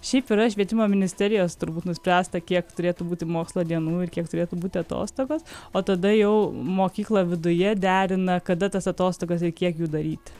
šiaip yra švietimo ministerijos turbūt nuspręsta kiek turėtų būti mokslo dienų ir kiek turėtų būti atostogos o tada jau mokykla viduje derina kada tas atostogas ir kiek jų daryti